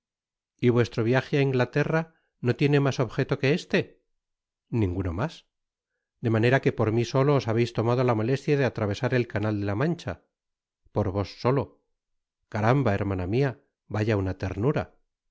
y vuestro viaje á inglaterra no tiene mas objeto que este ninguno mas de manera que por mi solo os habeis tomado la molestia de atravesar el canal de la manchapor vos solo t h rt rgaramba hermana mia vaya una ternura